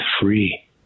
free